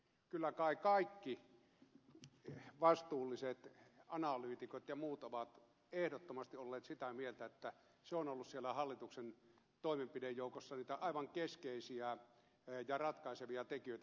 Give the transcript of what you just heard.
kyllä kai kaikki vastuulliset analyytikot ja muut ovat ehdottomasti olleet sitä mieltä että se on ollut siellä hallituksen toimenpidejoukossa niitä aivan keskeisiä ja ratkaisevia tekijöitä